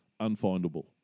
unfindable